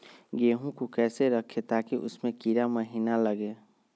गेंहू को कैसे रखे ताकि उसमे कीड़ा महिना लगे?